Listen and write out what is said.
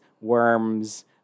worms